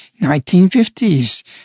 1950s